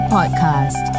Podcast